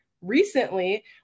recently